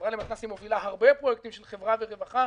והחברה למתנסים מובילה הרבה פרויקטים של חברה ורווחה,